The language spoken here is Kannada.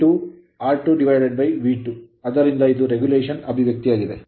ಆದ್ದರಿಂದ ಇದು regulation ನಿಯಂತ್ರಣದ ಅಭಿವ್ಯಕ್ತಿಯಾಗಿದೆ